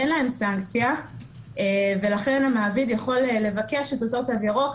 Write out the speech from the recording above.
אין להן סנקציה ולכן המעביד יכול לבקש את אותו תו ירוק,